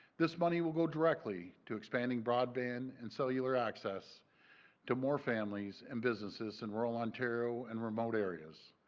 this money will go directly to expanding broadbent and secular access to more families and businesses in rural ontario and remote areas.